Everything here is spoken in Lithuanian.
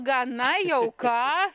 gana jau ką